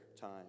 time